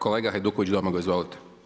Kolega Hajduković Domagoj, izvolite.